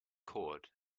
cord